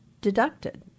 deducted